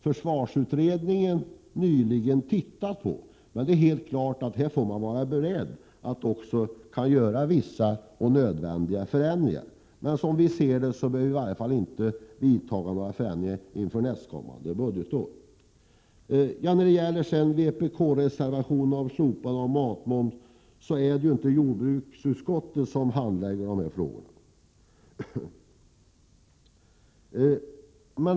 Försvarsutredningen har ju nyligen tittat på detta. Det är helt klart att man här får vara beredd att göra vissa nödvändiga förändringar. Som vi ser det behöver man i varje fall inte vidta några förändringar inför nästkommande budgetår. När det gäller vpk-reservationen om slopande av matmomsen vill jag bara säga att det inte är jordbruksutskottet som handlägger den sortens frågor.